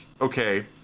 okay